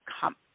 come